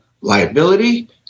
liability